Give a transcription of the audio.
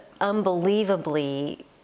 unbelievably